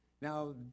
Now